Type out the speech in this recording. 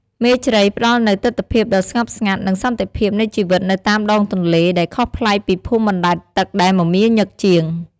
មេជ្រៃផ្តល់នូវទិដ្ឋភាពដ៏ស្ងប់ស្ងាត់ និងសន្តិភាពនៃជីវិតនៅតាមដងទន្លេ ដែលខុសប្លែកពីភូមិបណ្ដែតទឹកដែលមមាញឹកជាង។